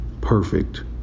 perfect